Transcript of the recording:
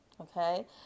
okay